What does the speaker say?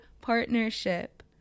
partnership